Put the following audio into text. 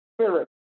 spirit